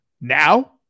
now